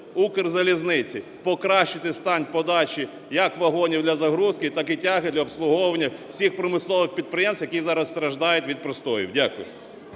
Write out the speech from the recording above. покращити стан подачі як вагонів для загрузки, так і тяги для обслуговування всіх промислових підприємств, які зараз страждають від простоїв. Дякую.